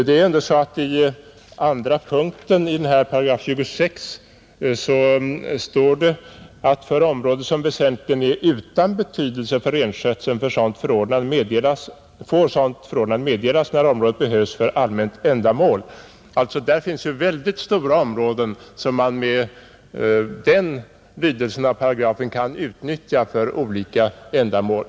Det står ändå i andra meningen i 26 §: ”För område som väsentligen är utan betydelse för renskötseln får sådant förordnande meddelas, när området behövs för allmänt ändamål.” Det finns mycket stora områden som med den lydelsen av paragrafen kan utnyttjas för olika ändamål.